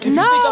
no